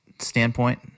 standpoint